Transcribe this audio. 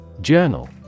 Journal